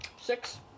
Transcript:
Six